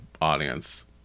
audience